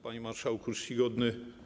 Panie Marszałku Czcigodny!